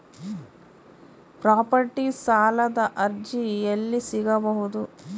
Property ಸಾಲದ ಅರ್ಜಿ ಎಲ್ಲಿ ಸಿಗಬಹುದು?